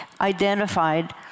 identified